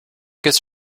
gets